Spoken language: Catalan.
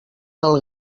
del